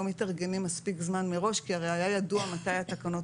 מתארגנים מספיק זמן מראש כי הרי היה ידוע מתי התקנות